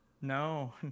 no